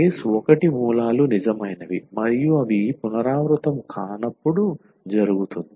case I మూలాలు నిజమైనవి మరియు అవి పునరావృతం కానప్పుడు జరుగుతుంది